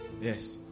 Yes